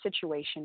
situation